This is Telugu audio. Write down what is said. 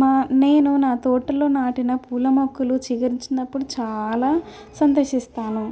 మా నేను నా తోటలో నాటిన పూల మొక్కలు చిగురించినప్పుడు చాలా సంతోషిస్తాను